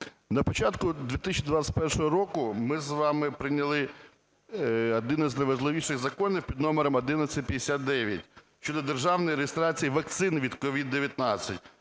На початку 2021 року ми з вами прийняли один із найважливіших законів під номером 1159 щодо державної реєстрації вакцин від COVID-19